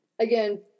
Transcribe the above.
again